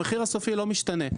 המחיר הסופי לא משתנה.